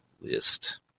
list